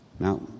Now